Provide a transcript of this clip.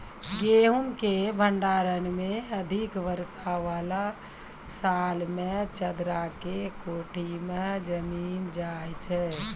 गेहूँ के भंडारण मे अधिक वर्षा वाला साल मे चदरा के कोठी मे जमीन जाय छैय?